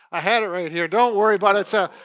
i had it right here, don't worry, but it's a,